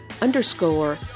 underscore